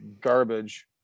garbage